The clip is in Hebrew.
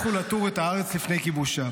לכו לתור את הארץ לפני כיבושה